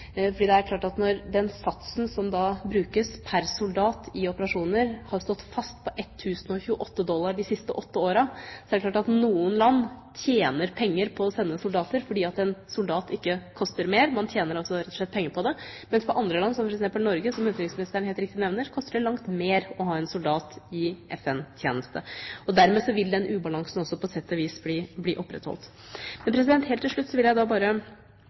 Når den satsen som brukes pr. soldat i operasjoner har stått fast på 1 028 dollar de siste åtte årene, er det klart at noen land tjener penger på å sende soldater, fordi en soldat ikke koster mer – man tjener rett og slett penger på det – mens det for andre land, som f.eks. Norge, som utenriksministeren helt riktig nevner, koster langt mer å ha en soldat i FN-tjeneste. Dermed vil den ubalansen på sett og vis bli opprettholdt. Helt til slutt vil jeg bare